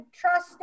trust